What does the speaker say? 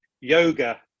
yoga